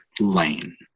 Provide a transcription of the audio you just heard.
lane